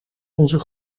onze